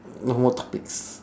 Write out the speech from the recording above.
no more topics